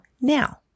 now